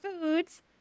foods